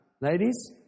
Ladies